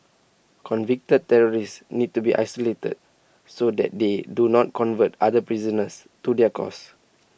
convicted terrorists need to be isolated so that they do not convert other prisoners to their cause